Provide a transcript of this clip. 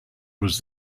was